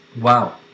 Wow